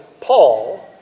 Paul